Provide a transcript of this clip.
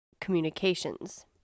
communications